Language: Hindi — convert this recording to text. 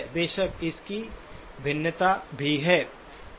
बेशक इस की भिन्नता भी है